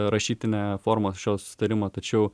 rašytinę formą šio susitarimo tačiau